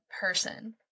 person